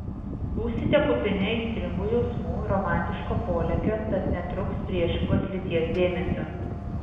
būsite kupini aistringų jausmų romantiško polėkio tad netrūks priešingos lyties dėmesio